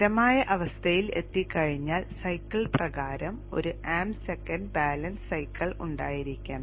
സ്ഥിരമായ അവസ്ഥയിൽ എത്തിക്കഴിഞ്ഞാൽ സൈക്കിൾ പ്രകാരം ഒരു amp second ബാലൻസ് സൈക്കിൾ ഉണ്ടായിരിക്കണം